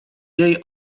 jej